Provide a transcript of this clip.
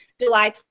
july